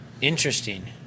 Interesting